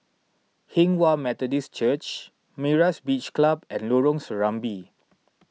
Hinghwa Methodist Church Myra's Beach Club and Lorong Serambi